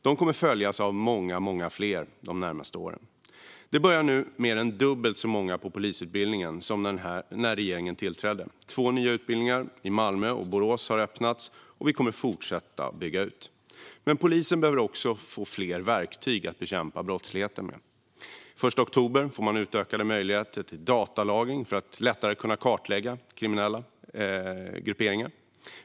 De kommer att följas av många, många fler de närmaste åren. Det börjar nu mer än dubbelt så många på polisutbildningen som när regeringen tillträdde. Två nya utbildningar har öppnats, i Malmö och Borås, och vi kommer att fortsätta bygga ut. Polisen behöver dock även få fler verktyg att bekämpa brottsligheten med. Den 1 oktober får man utökade möjligheter till datalagring för att lättare kunna kartlägga kriminella grupperingar.